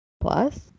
plus